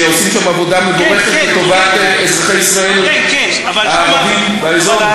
שעושים שם עבודה מבורכת וטובה לאזרחי ישראל הערבים באזור?